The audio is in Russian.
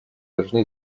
должны